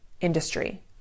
industry